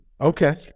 Okay